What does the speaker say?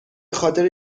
خاطر